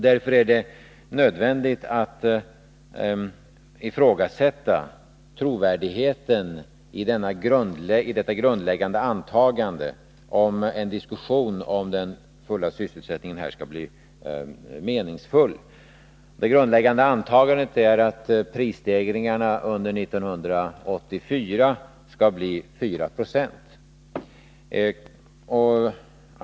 Därför är det nödvändigt att ifrågasätta trovärdigheten i detta grundläggande antagande, om en diskussion om den fulla sysselsättningen skall bli meningsfull. Det grundläggande antagandet är att prisstegringarna under år 1984 skall bli 4 96.